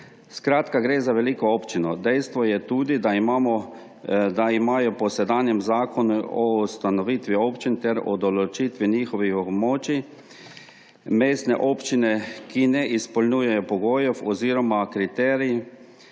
Skratka, gre za veliko občino. Dejstvo je tudi, da imamo po sedanjem Zakonu o ustanovitvi občin ter o določitvi njihovih območij mestne občine, ki ne izpolnjujejo pogojev oziroma kriterijev